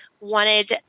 wanted